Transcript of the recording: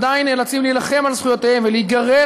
עדיין נאלצים להילחם על זכויותיהם ולהיגרר